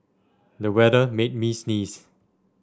the weather made me sneeze